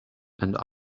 and